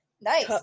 Nice